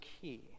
key